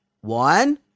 One